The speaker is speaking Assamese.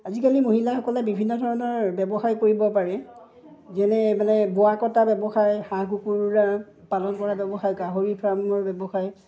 আজিকালি মহিলাসকলে বিভিন্ন ধৰণৰ ব্যৱসায় কৰিব পাৰে যেনে মানে বোৱা কটা ব্যৱসায় হাঁহ কুকুৰা পালন কৰা ব্যৱসায় গাহৰি ফাৰ্মৰ ব্যৱসায়